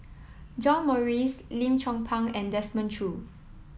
John Morrice Lim Chong Pang and Desmond Choo